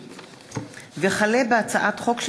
וכלה בהצעת חוק